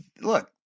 look